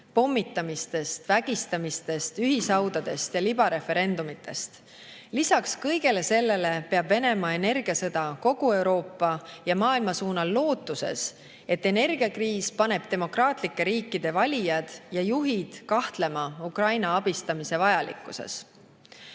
pommitamistest, vägistamistest, ühishaudadest ja libareferendumitest. Lisaks kõigele sellele peab Venemaa energiasõda kogu Euroopa ja maailma suunal, lootuses, et energiakriis paneb demokraatlike riikide valijad ja juhid kahtlema Ukraina abistamise vajalikkuses.